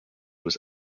was